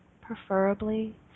preferably